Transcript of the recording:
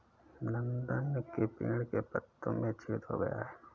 नंदन के पेड़ के पत्तों में छेद हो गया है